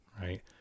right